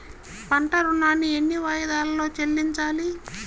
పంట ఋణాన్ని ఎన్ని వాయిదాలలో చెల్లించాలి?